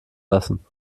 lassen